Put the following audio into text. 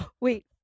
wait